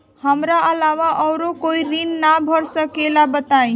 हमरा अलावा और कोई ऋण ना भर सकेला बताई?